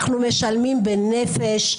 אנחנו משלמים בנפש.